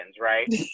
right